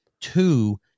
Two